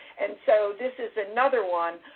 and so, this is another one,